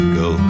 go